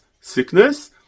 sickness